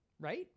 right